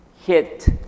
hit